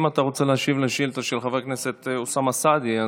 אם אתה רוצה להשיב על השאילתה של חבר הכנסת אוסאמה סעדי,